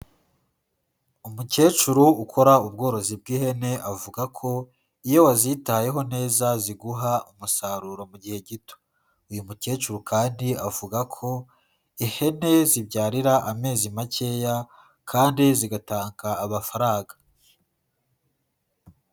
Umukecuru ukora ubworozi bw'ihene, avuga ko iyo wazitayeho neza ziguha umusaruro mu mugihe gito, uyu mukecuru kandi avuga ko ihene zibyarira amezi makeya kandi zigatanga amafaranga.